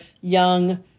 young